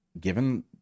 Given